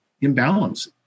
imbalance